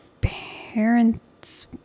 parents